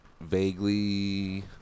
vaguely